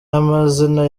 n’amazina